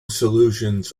solutions